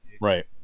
Right